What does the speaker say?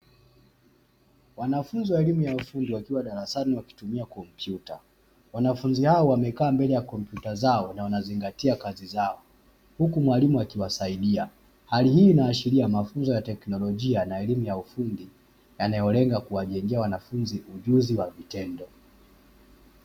Wanafunzi wa elimu ya ufundi wakiwa darasani wakitumia kompyuta, wanafunzi hao wamekaa mbele ya kompyuta zao na wanazingatia kazi zao huku mwalimu akiwasaidia hali hii inaashiria mafunzo ya teknolojia na elimu ya ufundi yanayolenga kuwajengea wanafunzi ujuzi wa vitendo.